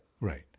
Right